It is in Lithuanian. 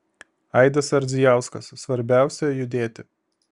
aidas ardzijauskas svarbiausia judėti